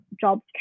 jobs